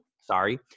sorry